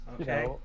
Okay